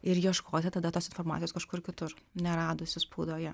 ir ieškoti tada tos informacijos kažkur kitur neradusi spaudoje